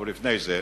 אבל לפני זה,